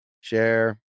share